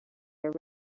are